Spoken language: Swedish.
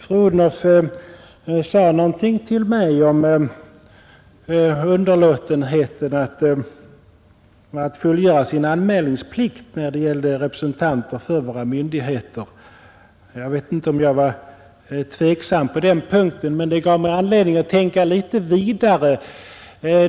Fru Odhnoff sade någonting till mig om underlåtenheten att fullgöra sin anmälningsplikt när det gällde representanter för våra myndigheter. Jag vet inte om jag var tveksam på den punkten, men det gav mig anledning tänka litet vidare.